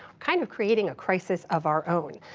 kind of creating a crisis of our own.